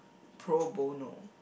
pro bono